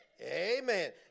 Amen